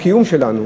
הקיום שלנו,